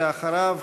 ואחריו,